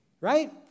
Right